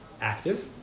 active